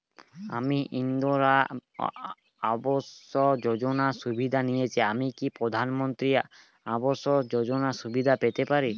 আমি ইন্দিরা আবাস যোজনার সুবিধা নেয়েছি আমি কি প্রধানমন্ত্রী আবাস যোজনা সুবিধা পেতে পারি?